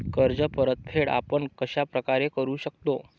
कर्ज परतफेड आपण कश्या प्रकारे करु शकतो?